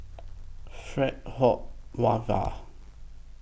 Fred Hoy Wava